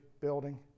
building